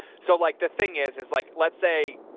so like the thing is, is like, let's say.